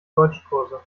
deutschkurse